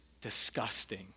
disgusting